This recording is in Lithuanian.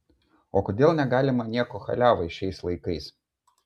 o kodėl negalima nieko chaliavai šiais laikais